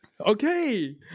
okay